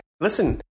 Listen